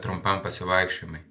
trumpam pasivaikščiojimui